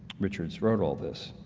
richards wrote all this.